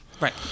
Right